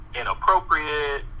inappropriate